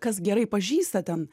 kas gerai pažįsta ten